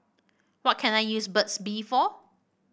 what can I use Burt's Bee for